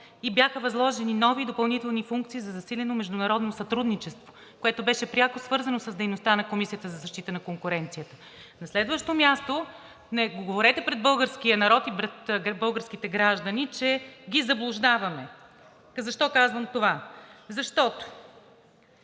и бяха възложени нови допълнителни функции за засилено международно сътрудничество, което беше пряко свързано с дейността на Комисията за защита на конкуренцията. На следващо място, не говорете пред българския народ и пред българските граждани, че ги заблуждаваме. Защо казвам това? Защото